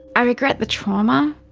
i regret the trauma.